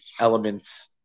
elements